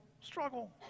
struggle